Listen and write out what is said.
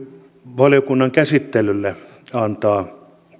valiokunnan käsittelylle antaa